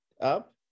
up